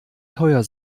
teuer